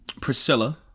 Priscilla